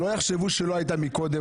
שלא יחשבו שלא הייתה מקודם,